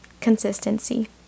consistency